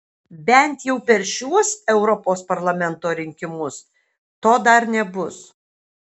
bent jau per šiuos europos parlamento rinkimus to dar nebus